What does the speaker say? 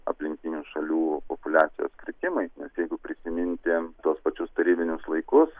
aplinkinių šalių populiacijos kritimais nes jeigu prisiminti tuos pačius tarybinius laikus